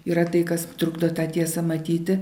yra tai kas trukdo tą tiesą matyti